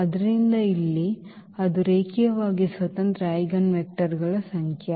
ಆದ್ದರಿಂದ ಇಲ್ಲಿ ಅದು ರೇಖೀಯವಾಗಿ ಸ್ವತಂತ್ರ ಐಜೆನ್ ವೆಕ್ಟರ್ಗಳ ಸಂಖ್ಯೆ